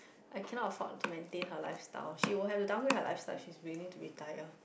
I cannot afford to maintain her lifestyle she will have to downgrade her lifestyle if she's willing to retire